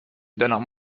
دلم